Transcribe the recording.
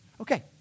Okay